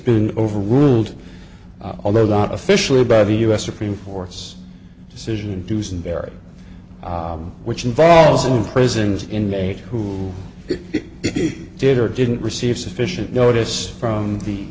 been overruled although not officially by the u s supreme force decision dusenberry which involves imprisons inmate who did or didn't receive sufficient notice from the